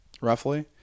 roughly